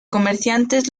comerciantes